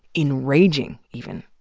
enraging, even.